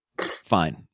fine